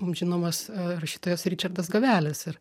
žinomas rašytojas ričardas gavelis ir